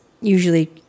usually